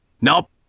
Nope